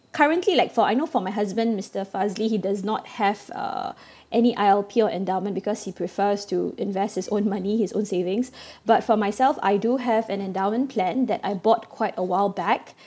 currently like for I know from my husband mister Fazli he does not have uh any I_L_P or endowment because he prefers to invest his own money his own savings but for myself I do have an endowment plan that I bought quite a while back